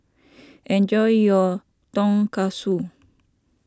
enjoy your Tonkatsu